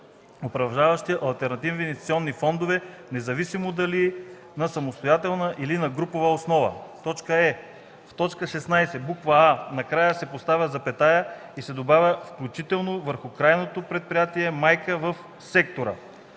управляващи алтернативни инвестиционни фондове независимо дали на самостоятелна или на групова основа.” е) в т. 16, буква „а” накрая се поставя запетая и се добавя „включително върху крайното предприятие майка в сектора”;